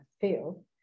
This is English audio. field